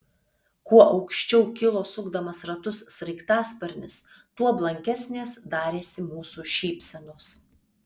kuo aukščiau kilo sukdamas ratus sraigtasparnis tuo blankesnės darėsi mūsų šypsenos